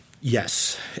Yes